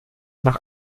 nach